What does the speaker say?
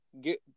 Get